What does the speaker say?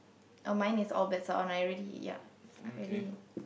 oh mine is all best on I really ya I really